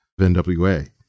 NWA